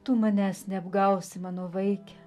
tu manęs neapgausi mano vaike